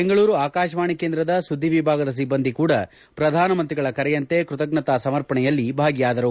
ಬೆಂಗಳೂರು ಆಕಾಶವಾಣಿ ಕೇಂದ್ರದ ಸುದ್ದಿ ವಿಭಾಗದ ಸಿಬ್ಬಂದಿ ಕೂಡ ಪ್ರಧಾನ ಮಂತ್ರಿಗಳ ಕರೆಯಂತೆ ಕೃತಜ್ಞತಾ ಸಮರ್ಪಣೆಯಲ್ಲಿ ಭಾಗಿಯಾದರು